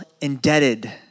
indebted